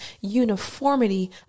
uniformity